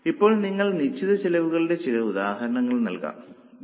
ഇപ്പോൾ നിങ്ങൾക്ക് നിശ്ചിത ചെലവുകളുടെ ചില ഉദാഹരണങ്ങൾ നൽകാമോ